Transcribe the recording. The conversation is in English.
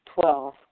Twelve